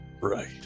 Right